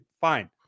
fine